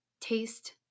Taste